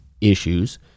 issues